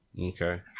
Okay